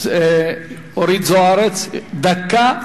אורית זוארץ, דקה בלבד,